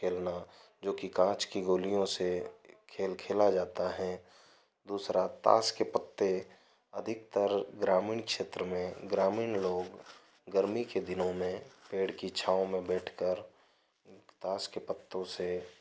खेलना जो कि काँच की गोलियों से खेल खेला जाता है दूसरा ताश के पत्ते अधिकतर ग्रामीण क्षेत्र में ग्रामीण लोग गर्मी के दिनों में पेड़ की छाँव में बैठकर ताश के पत्तों से